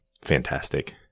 fantastic